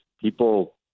people